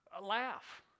laugh